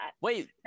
Wait